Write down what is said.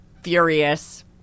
furious